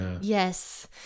Yes